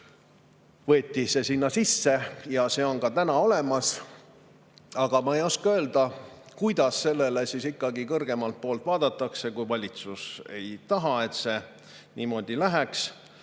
õnneks sinna sisse ja see on ka täna seal olemas. Aga ma ei oska öelda, kuidas sellele ikkagi kõrgemalt poolt vaadatakse, kui valitsus ei taha, et see niimoodi läheks.